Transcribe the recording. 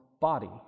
body